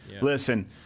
Listen